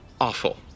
awful